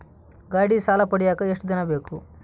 ಗಾಡೇ ಸಾಲ ಪಡಿಯಾಕ ಎಷ್ಟು ದಿನ ಬೇಕು?